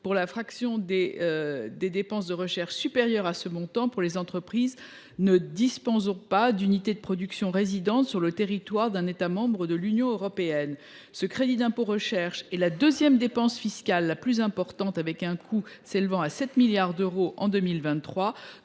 pour la fraction des dépenses de recherche supérieure à ce montant pour les entreprises ne disposant pas d’unité de production résidente sur le territoire d’un État membre de l’Union européenne. Le CIR est la deuxième dépense fiscale la plus importante pour un coût de 7 milliards d’euros en 2023.